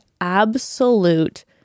absolute